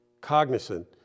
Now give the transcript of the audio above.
cognizant